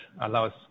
allows